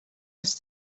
als